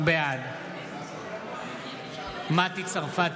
בעד מטי צרפתי